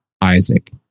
Isaac